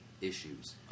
issues